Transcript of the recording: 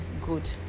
good